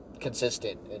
consistent